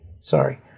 sorry